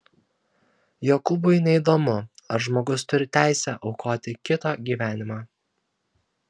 jokūbui neįdomu ar žmogus turi teisę aukoti kito gyvenimą